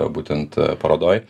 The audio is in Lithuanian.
būtent parodoj